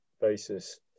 basis